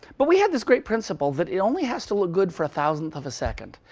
but we had this great principle that it only has to look good for a thousandth of a second.